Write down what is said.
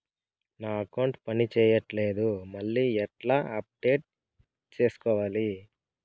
నా అకౌంట్ పని చేయట్లేదు మళ్ళీ ఎట్లా అప్డేట్ సేసుకోవాలి?